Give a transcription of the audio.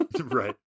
Right